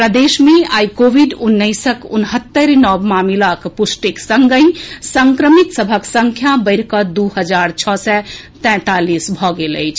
प्रदेश मे आई कोविड उन्नैसक उनहत्तरि नव मामिलाक पुष्टिक संगहि संक्रमित सभक संख्या बढ़ि कऽ दू हजार छओ सय तैंतालीस भऽ गेल अछि